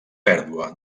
pèrdua